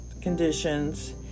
conditions